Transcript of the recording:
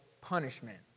punishment